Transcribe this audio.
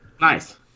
nice